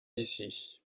ici